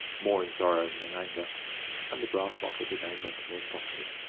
more in sorrow than in anger and the brass bottle became ventimore's property.